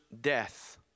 death